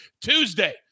Tuesday